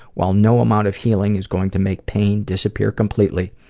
while no amount of healing is going to make pain disappear completely,